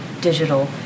digital